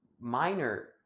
minor